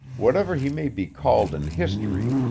whatever he may be called in history,